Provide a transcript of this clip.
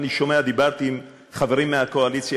דיברתי עם חברים מהקואליציה,